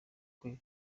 kwe